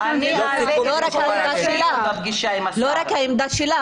לא רק העמדה שלך.